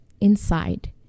inside